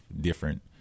different